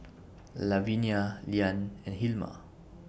Lavinia Leann and Hilma